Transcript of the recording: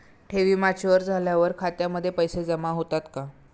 ठेवी मॅच्युअर झाल्यावर खात्यामध्ये पैसे जमा होतात का?